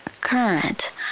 current